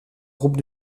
groupes